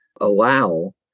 allow